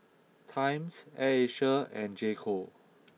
Times Air Asia and J co